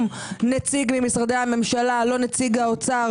נציג ממשרדי הממשלה - לא נציג האוצר,